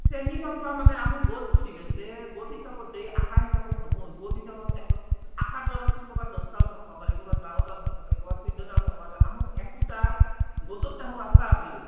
চেনিচম্পা মানে আহু গোট কৰি বেচে গোট হিচাপত দেই আশী হিচাপত নহয় গোট হিচাপত এক আশীৰ দৰত ক'ৰবাত দহটাও থাকিব পাৰে ক'ৰবাত বাৰটা থাকিব পাৰে ক'ৰবাত চৈধ্য়টাও থাকিব পাৰে আহোন একোটা গোটত তাহুন পাঁচ টকাকৈ কৰি গৈছে